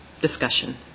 discussion